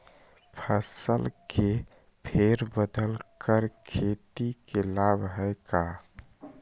फसल के फेर बदल कर खेती के लाभ है का?